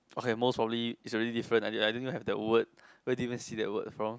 okay most probably is already different I didn't I didn't even have that word where did you even see that word for